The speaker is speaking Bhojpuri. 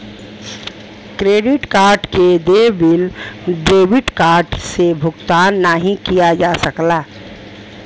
क्रेडिट कार्ड क देय बिल डेबिट कार्ड से भुगतान नाहीं किया जा सकला